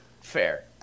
Fair